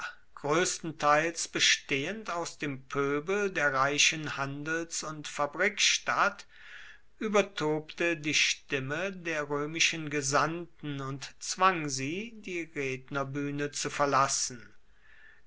größtenteils bestehend aus dem pöbel der reichen handels und fabrikstadt übertobte die stimme der römischen gesandten und zwang sie die rednerbühne zu verlassen